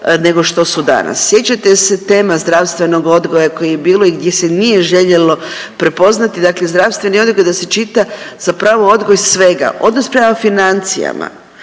nego što su danas. Sjećate se tema zdravstvenog odgoja koji je bilo i gdje se nije željelo prepoznati, dakle zdravstveni odgoj da se čita zapravo odgoj svega, odnos prema financijama,